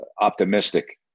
optimistic